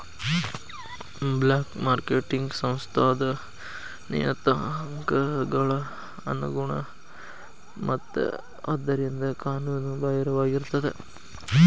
black marketing ಸಂಸ್ಥಾದ್ ನಿಯತಾಂಕಗಳ ಅನುಗುಣ ಮತ್ತ ಆದ್ದರಿಂದ ಕಾನೂನು ಬಾಹಿರವಾಗಿರ್ತದ